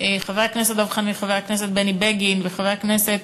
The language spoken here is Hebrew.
חבר הכנסת בני בגין וחבר הכנסת